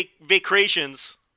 vacations